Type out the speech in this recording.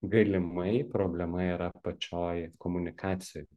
galimai problema yra pačioj komunikacijoj